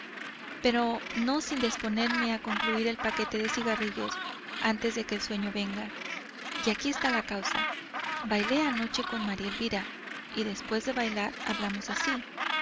pero no sin disponerme a concluir el paquete de cigarrillos antes de que el sueño venga y aquí está la causa bailé anoche con maría elvira y después de bailar hablamos así